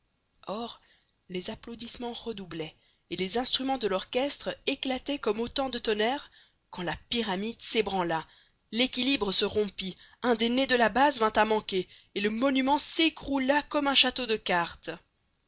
or les applaudissements redoublaient et les instruments de l'orchestre éclataient comme autant de tonnerres quand la pyramide s'ébranla l'équilibre se rompit un des nez de la base vint à manquer et le monument s'écroula comme un château de cartes